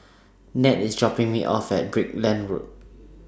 Nat IS dropping Me off At Brickland Road